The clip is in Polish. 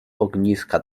ogniska